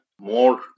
more